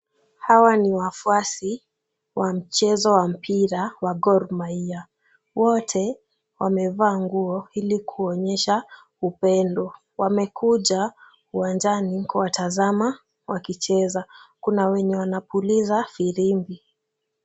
Hawa ni wafuasi wa mchezo wa mpira wa Gor Mahia. Wote wamevaa nguo ili kuonyesha upendo. Wamekuja uwanjani kuwatazama wakicheza. Kuna wenye wanapuliza firimbi.